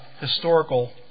historical